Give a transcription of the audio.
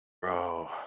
Bro